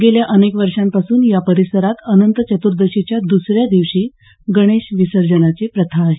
गेल्या अनेक वर्षांपासून या परिसरात अनंत चतुर्दशीच्या दसऱ्या दिवशी गणेश विसर्जनाची प्रथा आहे